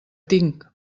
tinc